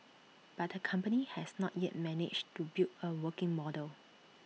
but the company has not yet managed to build A working model